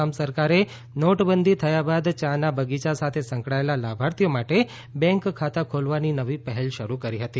આસામ સરકારે નોટબંધી થયા બાદ યાના બગીયા સાથે સંકળાયેલા લાભાર્થીઓ માટે બેંક ખાતા ખોલવાની પહેલ શરૂ કરી હતી